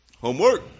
Homework